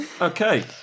Okay